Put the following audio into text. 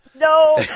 No